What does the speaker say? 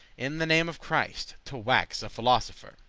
in the name of christ, to wax a philosopher.